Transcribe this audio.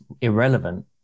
irrelevant